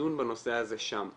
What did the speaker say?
ולדון בנושא הזה שם.